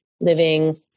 living